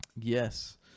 Yes